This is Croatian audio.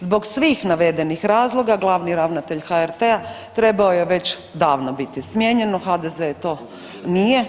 Zbog svih navedenih razloga, glavni ravnatelj HRT-a trebao je već davno biti smijenjen, to HDZ to nije.